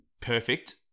perfect